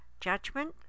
judgment